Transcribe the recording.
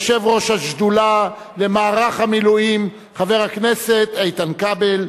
יושב-ראש השדולה למערך המילואים חבר הכנסת איתן כבל,